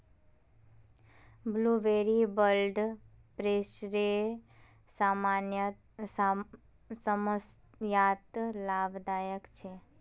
blueberry blood प्रेशरेर समस्यात लाभदायक छे